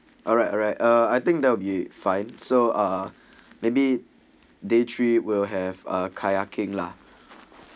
alright alright uh I think that will be fine so uh maybe day three will have a kayaking lah